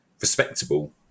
respectable